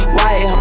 White